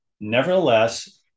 Nevertheless